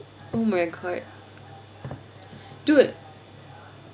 oh my god dude